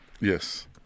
Yes